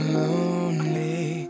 lonely